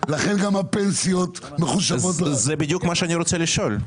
לכן גם הפנסיות מחושבות --- זה בדיוק מה שאני רוצה לשאול,